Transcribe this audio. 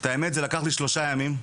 את האמת זה לקח לי שלושה ימים,